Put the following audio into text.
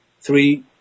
three